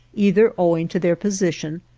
either owing to their position,